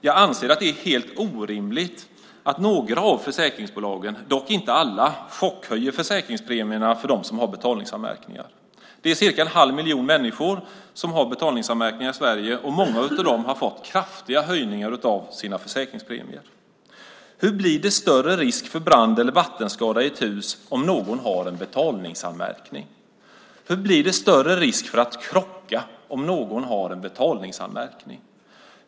Jag anser att det är helt orimligt att några av försäkringsbolagen, dock inte alla, chockhöjer försäkringspremierna för dem som har betalningsanmärkningar. Det är cirka en halv miljon människor i Sverige som har betalningsanmärkningar, och många av dem har fått kraftiga höjningar av sina försäkringspremier. Hur blir det större risk för brand eller vattenskada i ett hus om någon har en betalningsanmärkning? Hur blir det större risk för att krocka om någon har en betalningsanmärkning?